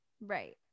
Right